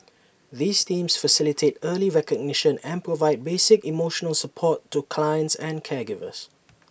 these teams facilitate early recognition and provide basic emotional support to clients and caregivers